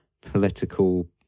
political